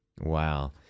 Wow